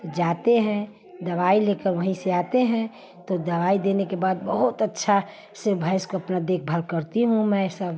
तो जाते हैं दवाई लेकर वहीं से आते हैं तो दवाई देने के बाद बहुत अच्छे से भैंस की अपना देखभाल करती हूँ मैं सब